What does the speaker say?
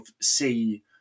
see